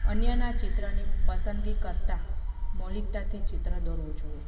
અન્યના ચિત્રની પસંદગી કરતા મૌલિકતાથી ચિત્ર દોરવું જોઈએ